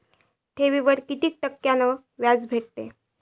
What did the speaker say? ठेवीवर कितीक टक्क्यान व्याज भेटते?